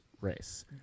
race